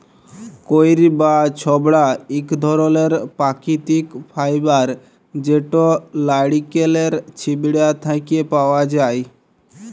কইর বা ছবড়া ইক ধরলের পাকিতিক ফাইবার যেট লাইড়কেলের ছিবড়া থ্যাকে পাউয়া যায়